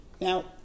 Now